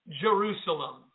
Jerusalem